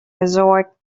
resort